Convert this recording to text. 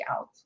out